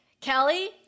Kelly